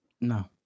no